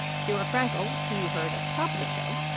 sheera frenkel, who you heard at the top of the show,